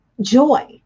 joy